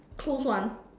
closed one